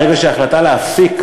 ברגע שהייתה החלטה להפסיק,